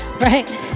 right